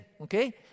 okay